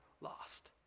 lost